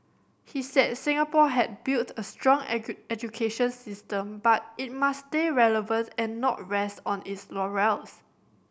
he said Singapore had built a strong education system but it must stay relevant and not rest on its laurels